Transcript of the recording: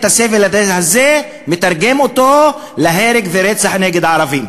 הסבל ומתרגם אותו להרג ולרצח נגד ערבים.